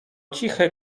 ciche